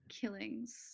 killings